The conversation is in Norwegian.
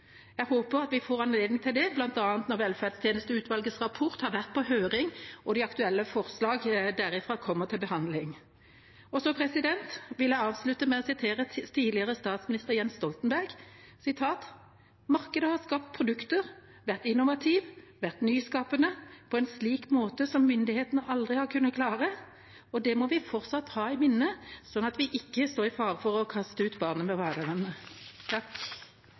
Jeg håper at vi får anledning til det bl.a. når velferdstjenesteutvalgets rapport har vært på høring og de aktuelle forslagene derifra kommer til behandling. Så vil jeg avslutte med å sitere tidligere statsminister Jens Stoltenberg: «Markedet har skapt produkter, vært innovativ, vært nyskapende, på en slik måte som myndighetene aldri kunne klare.» Det må vi fortsatt ha i minne, sånn at vi ikke står i fare for å kaste ut barnet med